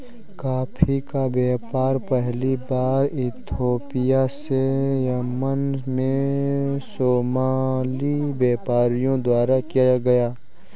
coffee का व्यापार पहली बार इथोपिया से यमन में सोमाली व्यापारियों द्वारा किया गया